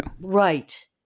Right